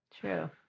True